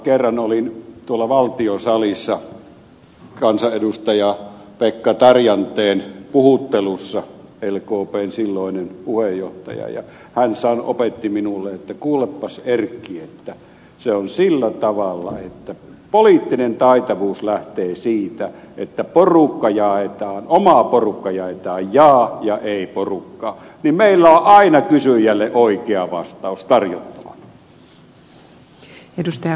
kerran olin tuolla valtiosalissa kansanedustaja pekka tarjanteen puhuttelussa lkpn silloinen puheenjohtaja ja hän opetti minulle että kuulepas erkki se on sillä tavalla että poliittinen taitavuus lähtee siitä että oma porukka jaetaan jaa ja ei porukkaan niin että meillä on aina kysyjälle oikea vastaus tarjottavana